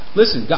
listen